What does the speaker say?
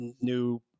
new